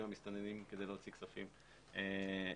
המסתננים כדי להוציא כספים מהארץ.